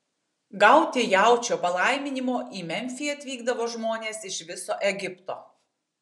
gauti jaučio palaiminimo į memfį atvykdavo žmonės iš viso egipto